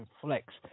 Flex